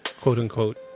Quote-unquote